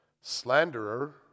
slanderer